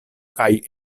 kaj